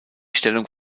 stellung